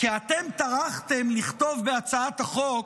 כי אתם טרחתם לכתוב בהצעת החוק